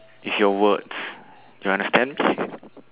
with your words you understand